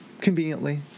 conveniently